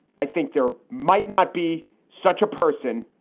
i think there might not be such a person,